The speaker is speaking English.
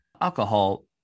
Alcohol